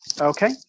Okay